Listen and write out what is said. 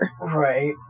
Right